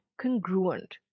congruent